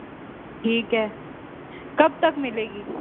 ठीक है कब तक मिलेगी